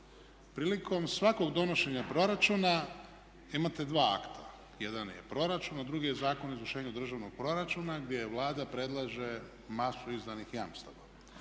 Prilikom svakog donošenja proračuna imate dva akta, jedan je proračun a drugi je Zakon o izvršenju državnog proračuna gdje Vlada predlaže masu izdanih jamstava.